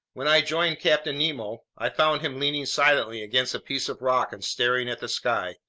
when i rejoined captain nemo, i found him leaning silently against a piece of rock and staring at the sky.